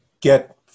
get